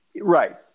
Right